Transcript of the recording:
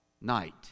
night